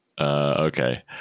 okay